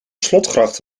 slotgracht